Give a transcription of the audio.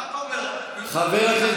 מה אתה אומר, MyHeritage?